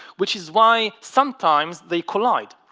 which is why sometimes they collide?